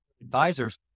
advisors